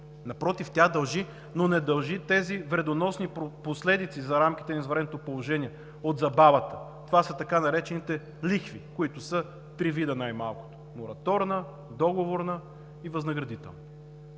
Напротив, тя дължи, но не дължи тези вредоносни последици за рамките на извънредното положение от забавата. Това са така наречените лихви, които са най малко три вида: мораторна, договорна и възнаградителна.